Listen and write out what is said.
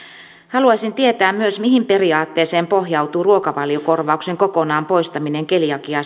haluaisin tietää myös mihin periaatteeseen pohjautuu ruokavaliokorvauksen kokonaan poistaminen keliakiaa